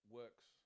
works